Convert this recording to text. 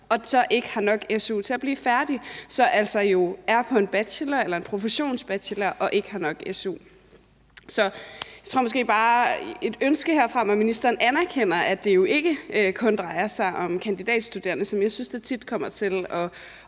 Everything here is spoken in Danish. så ikke har nok su til at blive færdige. De er altså på en professionsbachelor og har ikke nok su. Så jeg tror måske bare, at et ønske herfra er, at ministeren anerkender, at det jo ikke kun drejer sig om kandidatstuderende, som jeg synes det tit kommer til,